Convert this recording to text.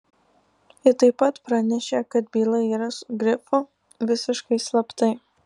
ji taip pat pranešė kad byla yra su grifu visiškai slaptai